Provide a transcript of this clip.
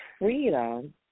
freedom